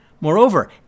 Moreover